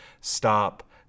stop